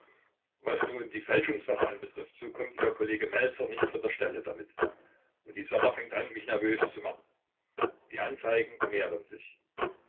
was nun die fälschungssache anbetrifft so kommt ihr kollege melzer nicht von der stelle damit und die sache fängt an mich nervös zu machen die anzeigen mehren sich